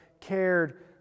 cared